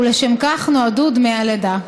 ולשם כך נועדו דמי הלידה.